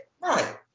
Right